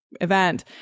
event